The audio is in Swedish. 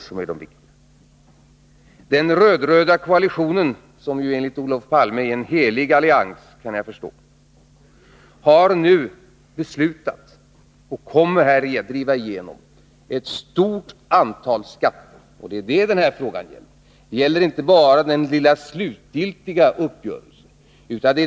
Den röd-röda koalitionen, som enligt Olof Palme är en helig allians efter vad jag kan förstå, har nu beslutat och kommer här att driva igenom ett stort antal skatter. Det är detta frågan gäller. Det gäller inte bara den lilla slutgiltiga uppgörelsen.